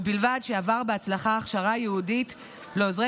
ובלבד שעבר בהצלחה הכשרה ייעודית לעוזרי